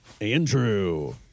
Andrew